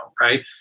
right